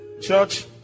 Church